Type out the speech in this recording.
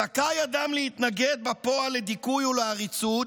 "זכאי אדם להתנגד בפועל לדיכוי ולעריצות